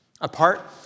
Apart